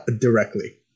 directly